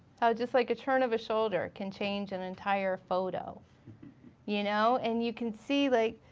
how just like a turn of a shoulder can change an entire photo you know? and you can see like,